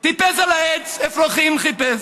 טיפס על העץ אפרוחים חיפש,